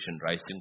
rising